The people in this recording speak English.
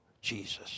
Jesus